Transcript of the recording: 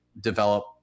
develop